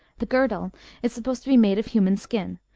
the girdle is supposed to be made of human skin,